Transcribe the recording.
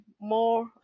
more